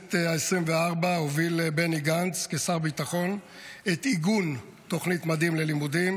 בכנסת ה-24 הוביל בני גנץ כשר ביטחון את עיגון תוכנית מדים ללימודים,